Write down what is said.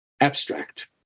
abstract